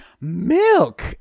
milk